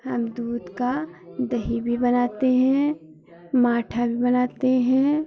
हम दूध का दही भी बनाते हैं माठा भी बनाते हैं